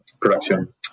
production